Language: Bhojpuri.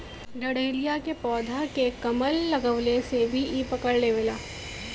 डहेलिया के पौधा के कलम लगवले से भी इ पकड़ लेवला